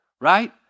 right